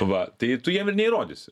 va tai tu jiem ir neįrodysi